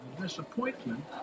disappointment